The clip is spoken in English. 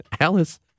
Alice